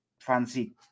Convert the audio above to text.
fancy